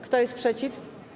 Kto jest przeciw?